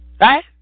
Right